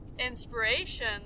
inspiration